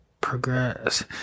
progress